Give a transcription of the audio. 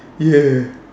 yes